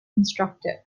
instructor